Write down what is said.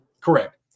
Correct